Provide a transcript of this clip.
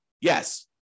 Yes